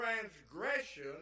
transgression